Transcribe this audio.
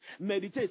Meditate